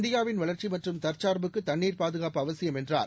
இந்தியாவின் வளர்ச்சிமற்றும் தற்சார்புக்குதண்ணீர் பாதுகாப்பு அவசியம் என்றார்